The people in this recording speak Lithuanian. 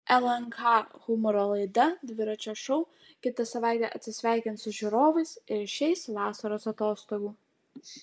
lnk humoro laida dviračio šou kitą savaitę atsisveikins su žiūrovais ir išeis vasaros atostogų